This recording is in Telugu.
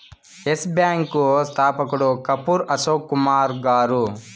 ఎస్ బ్యాంకు స్థాపకుడు కపూర్ అశోక్ కుమార్ గారు